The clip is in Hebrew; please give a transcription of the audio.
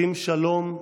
שים שלום,